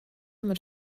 mit